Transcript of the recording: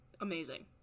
Amazing